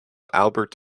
albert